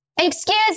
Excuse